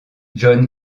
john